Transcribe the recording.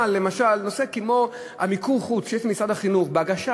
אבל למשל נושא כמו מיקור-החוץ שיש במשרד החינוך בהגשה,